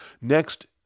Next